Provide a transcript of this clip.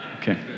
Okay